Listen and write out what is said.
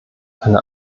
eine